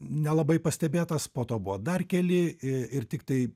nelabai pastebėtas po to buvo dar keli ir tiktai